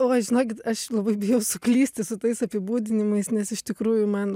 oi žinokit aš labai bijau suklysti su tais apibūdinimais nes iš tikrųjų man